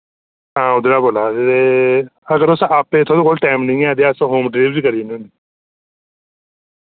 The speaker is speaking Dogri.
हां उद्दरा बोल्ला दे ते अगर तुस आप्पे थुआढ़े कोल टैम नि ऐ ते अस होम डिलीवरी करी ने होने